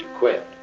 quit.